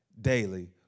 daily